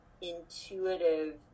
intuitive